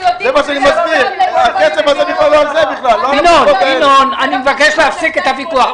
אנחנו יודעים --- אני מבקש להפסיק את הוויכוח,